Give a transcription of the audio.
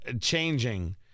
changing